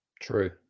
true